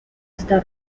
está